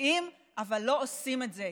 יודעים אבל לא עושים את זה,